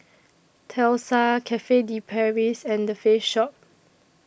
Tesla Cafe De Paris and The Face Shop